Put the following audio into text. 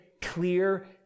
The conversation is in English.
clear